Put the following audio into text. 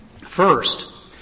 First